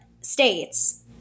states